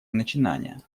начинания